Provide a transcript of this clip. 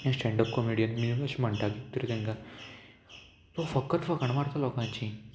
stand-up comedian बी अशें म्हणटा किदें तेंकां फकत फकत मारता लोकांची